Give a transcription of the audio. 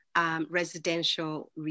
residential